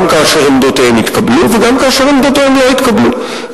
גם כאשר עמדותיהם התקבלו וגם כאשר עמדותיהם לא התקבלו.